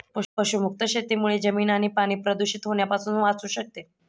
पशुमुक्त शेतीमुळे जमीन आणि पाणी प्रदूषित होण्यापासून वाचू शकते